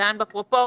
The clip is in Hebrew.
עדיין בפרופורציות,